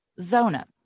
Zona